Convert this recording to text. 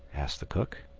asked the cook.